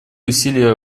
усилия